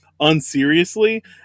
unseriously